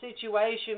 situation